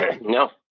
No